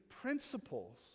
principles